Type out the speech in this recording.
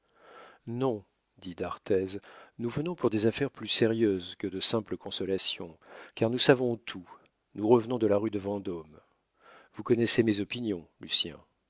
non dit d'arthez nous venons pour des affaires plus sérieuses que de simples consolations car nous savons tout nous revenons de la rue de vendôme vous connaissez mes opinions